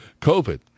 COVID